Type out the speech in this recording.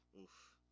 Oof